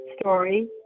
story